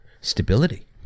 stability